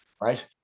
Right